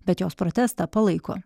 bet jos protestą palaiko